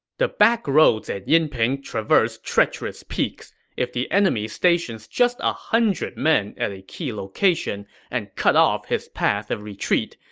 the backroads at yinping traverse treacherous peaks. if the enemy stations just one ah hundred men at a key location and cut off his path of retreat,